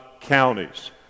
counties